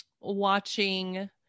watching